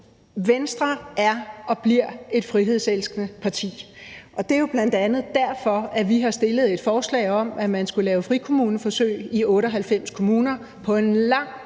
Venstre er og bliver et frihedselskende parti, og det er jo bl.a. derfor, at vi er kommet med et forslag om, at man skulle lave frikommuneforsøg i 98 kommuner på en lang